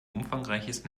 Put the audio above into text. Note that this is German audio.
umfangreiches